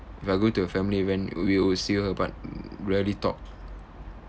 If I'm going to a family event we will see her but mm rarely talk